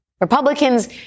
Republicans